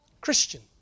Christian